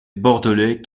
bordelais